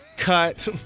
Cut